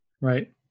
right